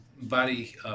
Body